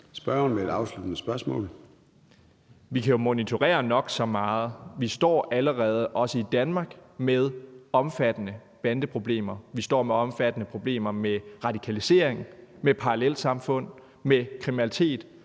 Vi kan monitorere nok så meget. Vi står allerede, også i Danmark, med omfattende bandeproblemer. Vi står med omfattende problemer med radikalisering, med parallelsamfund og med kriminalitet,